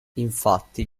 infatti